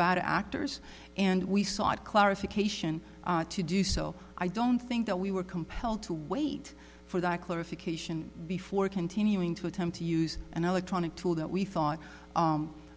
e actors and we sought clarification to do so i don't think that we were compelled to wait for that clarification before continuing to attempt to use an electronic tool that we thought